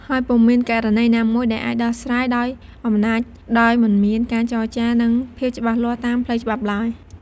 ហើយពុំមានករណីណាមួយដែលអាចដោះស្រាយដោយអំណាច ដោយមិនមានការចរចា និងភាពច្បាស់លាស់តាមផ្លូវច្បាប់ឡើយ។